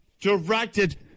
directed